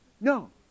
no